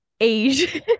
age